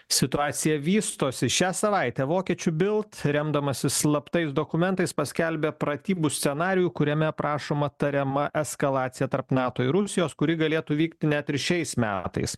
situacija vystosi šią savaitę vokiečių bilt remdamasis slaptais dokumentais paskelbė pratybų scenarijų kuriame aprašoma tariama eskalacija tarp nato ir rusijos kuri galėtų vykti net ir šiais metais